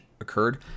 occurred